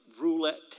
roulette